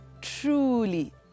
truly